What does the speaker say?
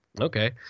Okay